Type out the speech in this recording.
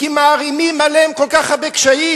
כי מערימים עליהם כל כך הרבה קשיים.